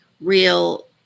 real